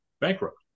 bankrupt